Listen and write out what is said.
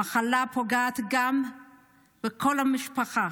הוא פוגע גם בכל המשפחה,